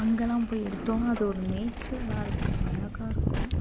அங்கெல்லாம் போய் எடுத்தோன்னால் அது ஒரு நேச்சுரலாக இருக்கும் அழகாக இருக்கும்